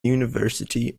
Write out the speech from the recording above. university